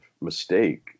mistake